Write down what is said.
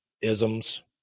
isms